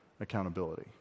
accountability